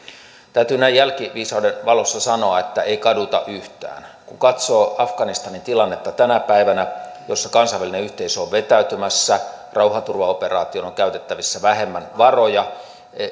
täytyy näin jälkiviisauden valossa sanoa että ei kaduta yhtään kun katsoo afganistanin tilannetta tänä päivänä kansainvälinen yhteisö on vetäytymässä rauhanturvaoperaatioon on käytettävissä vähemmän varoja